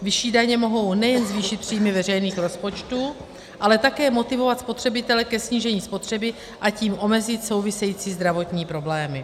Vyšší daně mohou nejen zvýšit příjmy veřejných rozpočtů, ale také motivovat spotřebitele ke snížení spotřeby, a tím omezit související zdravotní problémy.